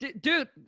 Dude